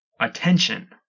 Attention